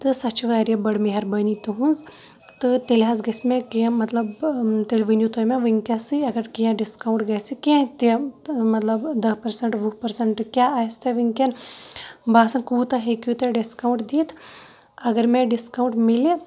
تہٕ سۄ چھِ واریاہ بٔڈ مہربٲنی تُہٕنٛز تہٕ تیٚلہِ حظ گژھِ مےٚ کینٛہہ مطلب تیٚلہِ ؤنِو تُہۍ مےٚ وٕنۍکٮ۪سٕے اگر کینٛہہ ڈِسکاوُںٛٹ گژھِ کینٛہہ تہِ مطلب دَہ پٔرسَنٛٹ وُہ پٔرسَںٛٹ کیٛاہ آسہِ تۄہہِ وٕنۍکٮ۪ن باسان کوٗتاہ ہیٚکِو تُہۍ ڈِسکاوُنٛٹ دِتھ اگر مےٚ ڈِسکاوُنٛٹ مِلہِ